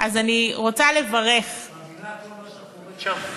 אז אני רוצה לברך, את מאמינה לכל מה שאת קוראת שם?